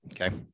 okay